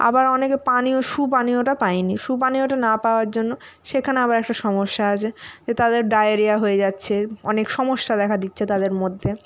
আবার অনেকে পানীয় সুপানীয়টা পায় নি সুপানীয়টা না পাওয়ার জন্য সেখানে আবার একটা সমস্যা আছে তাদের ডায়রিয়া হয়ে যাচ্ছে অনেক সমস্যা দেখা দিচ্ছে তাদের মধ্যে